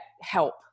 help